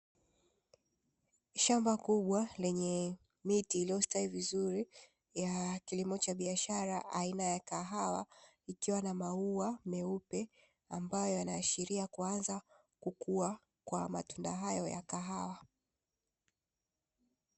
Shamba kubwa, lenye miti iliyostawi vizuri ya kilimo cha biashara aina ya kahawa, ikiwa na maua meupe ambayo yanaashiria kuanza kukua kwa matunda hayo ya kahawa.